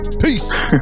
Peace